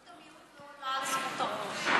אבל זכות המיעוט לא עולה על זכות הרוב.